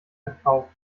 verkauft